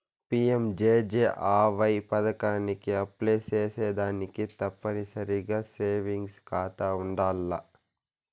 PMJJAY పదకానికి apply సేసేదానికి తప్పనిసరిగా సేవింగ్స్ కాతా ఉండాల్ల